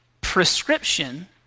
prescription